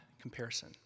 comparison